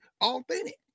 authentic